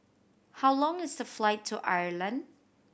how long is the flight to Ireland